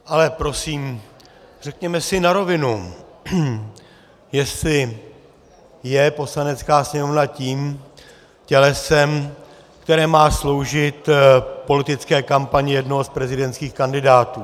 Ale prosím řekněme si na rovinu, jestli je Poslanecká sněmovna tím tělesem, které má sloužit politické kampani jednoho z prezidentských kandidátu.